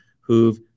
who've